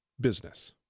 business